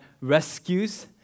rescues